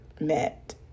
met